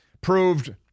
proved